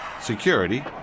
Security